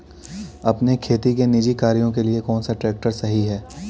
अपने खेती के निजी कार्यों के लिए कौन सा ट्रैक्टर सही है?